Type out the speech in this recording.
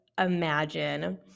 imagine